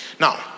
now